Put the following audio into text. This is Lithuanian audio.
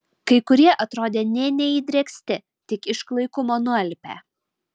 kai kurie atrodė nė neįdrėksti tik iš klaikumo nualpę